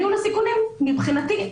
ניהול הסיכונים מבחינתי,